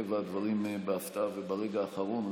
מטבע הדברים, בהפתעה, וברגע האחרון.